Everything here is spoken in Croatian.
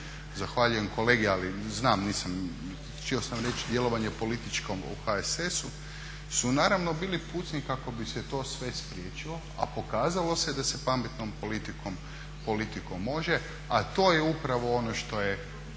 zahvaljujem kolegi ali znam nisam, htio sam reći djelovanje političkom u HSS-u su naravno bili pucnji kako bi se to sve spriječilo a pokazalo se da se pametnom politikom može, a to je upravno ono što je